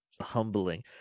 humbling